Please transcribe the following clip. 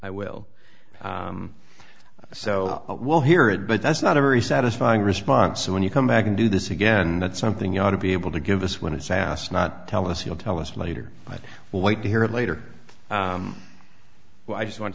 i will so i will hear it but that's not a very satisfying response so when you come back and do this again that's something you ought to be able to give us when it's asked not tell us he'll tell us later well wait to hear it later well i just want